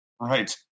Right